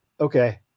okay